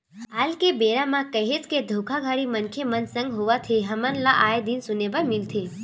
आल के बेरा म काहेच के धोखाघड़ी मनखे मन संग होवत हे हमन ल आय दिन सुने बर मिलथे